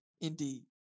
Indeed